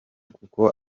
kuko